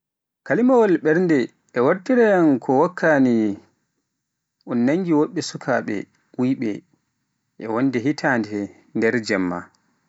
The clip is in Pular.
Kalimawaal ɓernde e wartiraayam ko wakkani un nangi woɓɓe sukaaɓe wuyɓe e wonde hitande nder jemmaji.